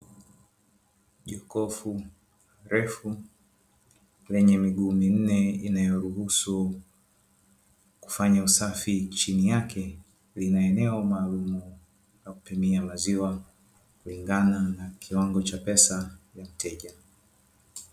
Jokofu refu lenye miguu minne inayoruhusa kufanya usafi chini yake lina eneo maalumu la kupimia maziwa, kulingana na kiwango cha pesa ya mteja.